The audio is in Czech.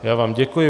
Já vám děkuji.